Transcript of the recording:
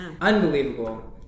unbelievable